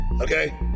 okay